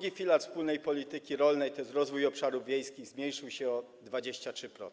II filar wspólnej polityki rolnej, tj. rozwój obszarów wiejskich, zmniejszył się o 23%.